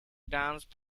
dance